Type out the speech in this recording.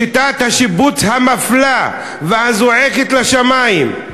שיטת השיבוץ המפלה והזועקת לשמים,